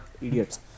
idiots